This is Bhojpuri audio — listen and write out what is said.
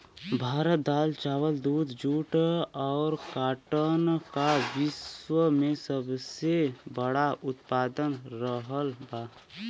भारत दाल चावल दूध जूट और काटन का विश्व में सबसे बड़ा उतपादक रहल बा